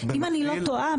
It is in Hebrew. אם אני לא טועה,